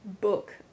book